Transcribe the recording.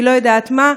אני לא יודעת מה,